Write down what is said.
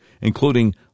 including